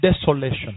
desolation